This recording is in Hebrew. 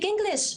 מתי הגעת לישראל?